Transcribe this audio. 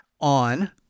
on